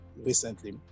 recently